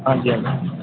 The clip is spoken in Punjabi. ਹਾਂਜੀ ਹਾਂਜੀ